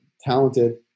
talented